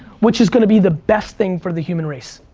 which is gonna be the best thing for the human race.